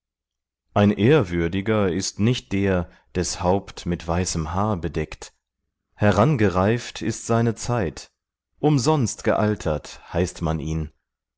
ein ehrwürdiger ist nicht der des haupt mit weißem haar bedeckt herangereift ist seine zeit umsonst gealtert heißt man ihn